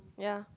yeah